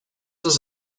ist